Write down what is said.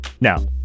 Now